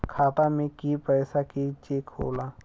खाता में के पैसा कैसे चेक होला?